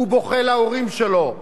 הוא בוכה להורים שלו,